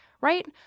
right